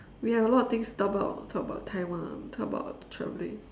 we have a lot of things to talk about talk about Taiwan talk about travelling